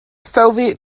soviet